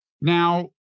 Now